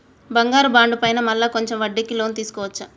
బంగారు బాండు పైన మళ్ళా కొంచెం వడ్డీకి లోన్ తీసుకోవచ్చా?